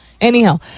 Anyhow